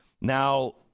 Now